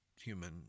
human